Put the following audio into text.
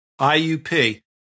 IUP